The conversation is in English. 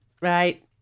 Right